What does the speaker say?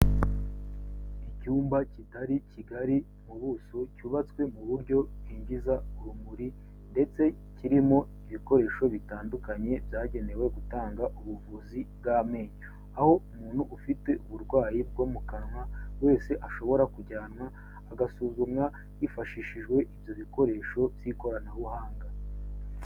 Icyumba kitari kigari mu buso cyubatswe mu buryo bwijiza urumuri ndetse kirimo ibikoresho bitandukanye byagenewe gutanga ubuvuzi bw'amenyo, aho umuntu ufite uburwayi bwo mu kanwa wese ashobora kujyanwa agasuzumwa hifashishijwe ibyo bikoresho by'ikoranabuhanga.